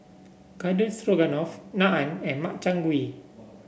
Garden Stroganoff Naan and Makchang Gui